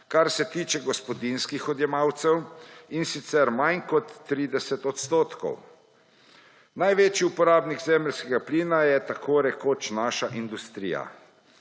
kar se tiče gospodinjskih odjemalcev, in sicer manj kot 30 %. Največji uporabnik zemeljskega plina je tako rekoč naša industrija.